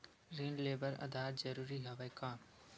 ऋण ले बर आधार जरूरी हवय का?